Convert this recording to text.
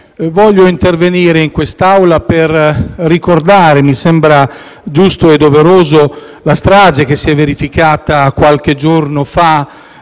voglio intervenire in Assemblea per ricordare - mi sembra giusto e doveroso - la strage che si è verificata qualche giorno fa